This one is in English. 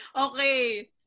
Okay